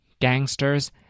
gangsters